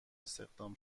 استخدام